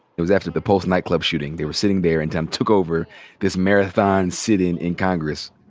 it was after the pulse nightclub shooting. they were sitting there and then took over this marathon sit-in in congress.